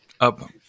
up